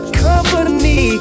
company